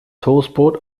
toastbrot